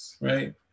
right